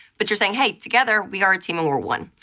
but you're saying, hey, together, we are a team, and we're one.